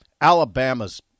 Alabama's